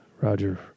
Roger